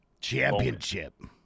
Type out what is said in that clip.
championship